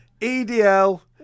EDL